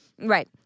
right